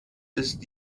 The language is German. ist